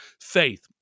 faith